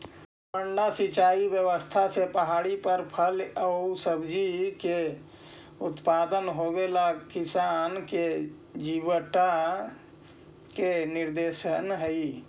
मड्डा सिंचाई व्यवस्था से पहाड़ी पर फल एआउ सब्जि के उत्पादन होवेला किसान के जीवटता के निदर्शन हइ